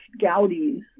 Gaudi's